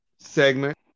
segment